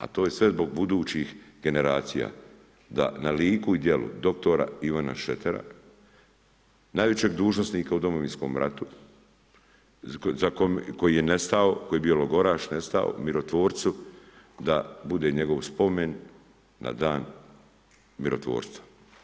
A to je sve zbog budućih generacija da na liku i djelu dr. Ivana Šretera, najvećeg dužnosnika u Domovinskom ratu, koji je nestao, koji je bio logoraš, nestao, mirotvorcu da bude njegov spomen na dan mirotvorstva.